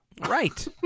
Right